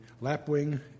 lapwing